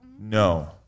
No